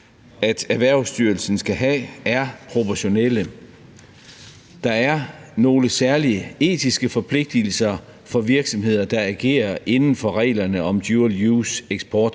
at Erhvervsstyrelsen skal have, er proportionale. Der er nogle særlige etiske forpligtelser for virksomheder, der agerer inden for reglerne om dual use-eksportkontrol